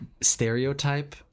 stereotype